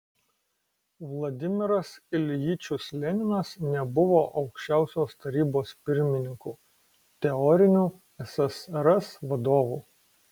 vladimiras iljičius leninas nebuvo aukščiausios tarybos pirmininku teoriniu ssrs vadovu